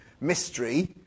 mystery